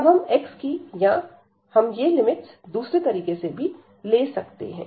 तब हम x की या हम ये लिमिट्स दूसरे तरीके से भी ले सकते हैं